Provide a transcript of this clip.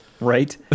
Right